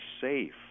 safe